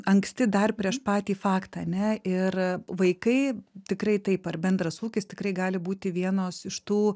anksti dar prieš patį faktą ane ir vaikai tikrai taip ar bendras ūkis tikrai gali būti vienos iš tų